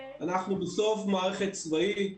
אנחנו בסוף מערכת צבאית,